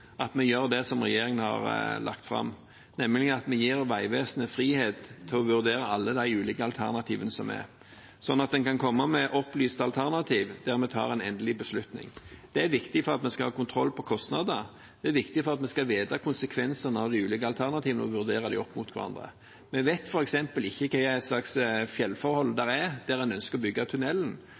at vi gjør det som regjeringen har lagt fram, nemlig å gi Vegvesenet frihet til å vurdere alle de ulike alternativene, slik at man kan komme med opplyste alternativ når vi skal ta en endelig beslutning. Det er viktig for at vi skal ha kontroll på kostnadene. Det er viktig for at vi skal vite konsekvensene av de ulike alternativene og kunne vurdere dem opp mot hverandre. Vi vet f.eks. ikke hva slags fjellforhold det er der man ønsker å bygge tunnelen.